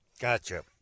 Gotcha